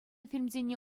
фильмсене